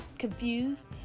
Confused